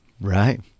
Right